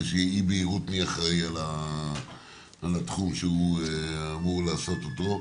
שתהיה אי בהירות לגבי מי אחראי על התחום שהוא אמור לעשות אותו.